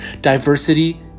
diversity